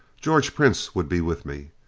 george prince would be with me.